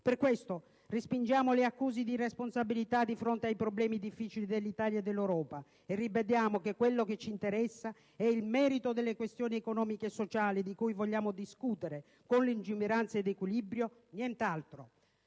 Per questo respingiamo le accuse di irresponsabilità di fronte ai problemi difficili dell'Italia e dell'Europa e ribadiamo che quello che ci interessa è il merito delle questioni economiche e sociali, di cui vogliamo discutere con lungimiranza ed equilibrio. Nient'altro.